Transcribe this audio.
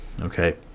okay